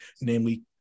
namely